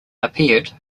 appeared